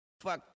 Fuck